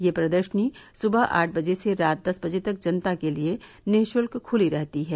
यह प्रदर्शनी सवह आठ बजे से रात दस बजे तक जनता के लिये निशुल्क खुली रहती है